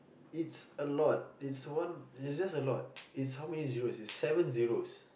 it's a lot it's one it's just a lot it's how many zeroes it's seven zeroes